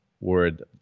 word